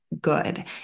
good